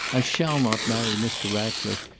i shall not marry mr. ratcliffe.